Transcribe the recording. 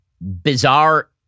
bizarre